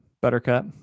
Buttercup